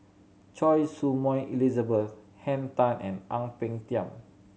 Choy Su Moi Elizabeth Henn Tan and Ang Peng Tiam